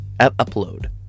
upload